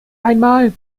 einmal